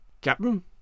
Captain